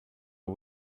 are